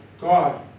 God